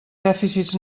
dèficits